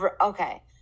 Okay